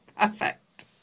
Perfect